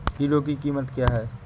Hero की कीमत क्या है?